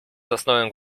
zasnąłem